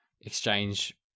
exchange